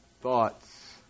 Thoughts